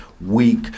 weak